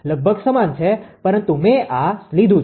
લગભગ સમાન છે પરંતુ મે આ લીધું છે